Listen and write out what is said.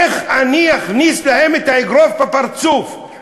איך אני אכניס להם את האגרוף בפרצוף.